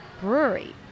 brewery